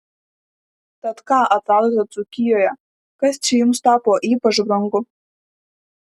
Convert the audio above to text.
tad ką atradote dzūkijoje kas čia jums tapo ypač brangu